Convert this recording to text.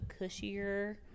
cushier